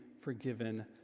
forgiven